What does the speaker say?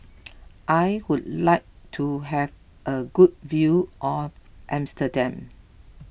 I would like to have a good view of Amsterdam